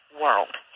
world